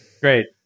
Great